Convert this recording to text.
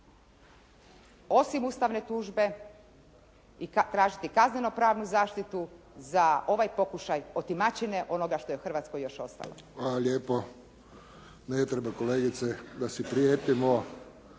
osim ustavne tužbe i tražiti kazneno pravnu zaštitu za ovaj pokušaj otimačine onoga što je u Hrvatskoj još ostalo. **Friščić, Josip (HSS)** Hvala lijepo.